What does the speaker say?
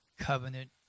covenant